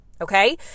okay